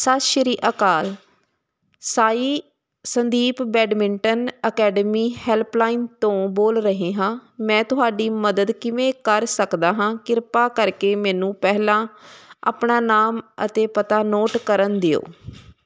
ਸਤਿ ਸ਼੍ਰੀ ਅਕਾਲ Sai Sandeep badminton academy helpline ਤੋਂ ਬੋਲ ਰਹੇ ਹਾਂ ਮੈਂ ਤੁਹਾਡੀ ਮਦਦ ਕਿਵੇਂ ਕਰ ਸਕਦਾ ਹਾਂ ਕਿਰਪਾ ਕਰਕੇ ਮੈਨੂੰ ਪਹਿਲਾਂ ਆਪਣਾ ਨਾਮ ਅਤੇ ਪਤਾ ਨੋਟ ਕਰਨ ਦਿਓ